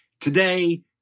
Today